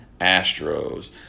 Astros